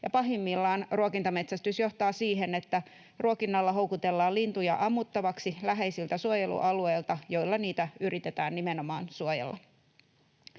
Pahimmillaan ruokintametsästys johtaa siihen, että ruokinnalla houkutellaan lintuja ammuttavaksi läheisiltä suojelualueilta, joilla niitä yritetään nimenomaan suojella.